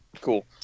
Cool